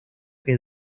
que